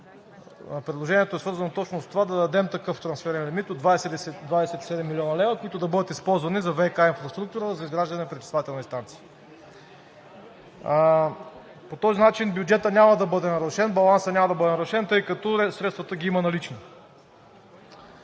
предложението е свързано точно с това – да дадем такъв трансферен лимит от 27 млн. лв., който да бъде използван за ВиК инфраструктура за изграждане на пречиствателни станции. По този начин бюджетът няма да бъде нарушен, балансът няма да бъде нарушен, тъй като средствата ги има налични.